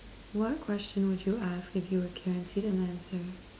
what question would you ask if you're guaranteed an answer